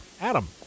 Adam